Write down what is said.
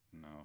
No